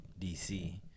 dc